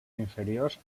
inferiors